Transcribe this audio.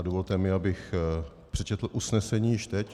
Dovolte mi, abych přečetl usnesení už teď.